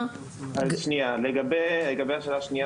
לגבי השאלה השנייה